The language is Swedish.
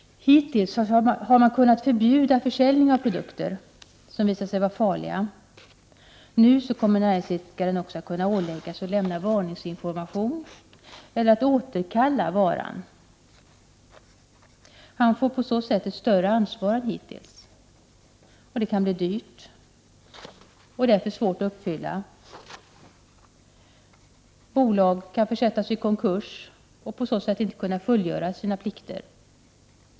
Hittills har man kunnat förbjuda försäljning av produkter som visat sig vara farliga. Nu kommer näringsidkaren också att kunna åläggas att lämna varningsinformation eller att återkalla varan. Han får på så sätt ett större ansvar än hittills. Det kan bli dyrt och därför svårt att uppfylla. Bolaget kan försättas i konkurs och på så sätt inte kunna fullgöra sina plikter.